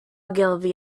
ogilvy